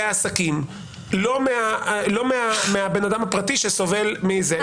העסקים ולא מהבן אדם הפרטי שסובל מזה.